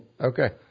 okay